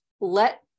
let